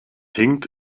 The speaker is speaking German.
hinkt